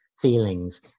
feelings